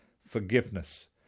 Forgiveness